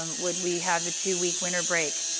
um would we have the two week winter break?